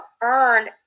earn